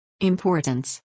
Importance